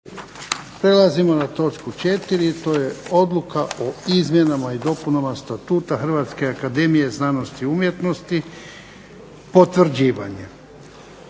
Vladimir (HDZ)** Odluka o izmjenama i dopunama Statuta Hrvatske akademije znanosti i umjetnosti. Dajem